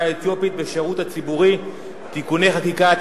האתיופית בשירות הציבורי (תיקוני חקיקה),